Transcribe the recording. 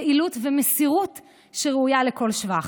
יעילות ומסירות שראויה לכל שבח.